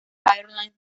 airlines